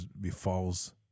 befalls